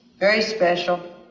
very special,